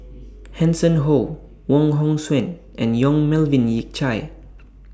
Hanson Ho Wong Hong Suen and Yong Melvin Yik Chye